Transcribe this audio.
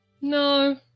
No